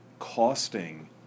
costing